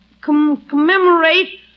commemorate